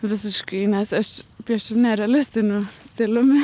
visiškai nes aš piešiu nerealistiniu stiliumi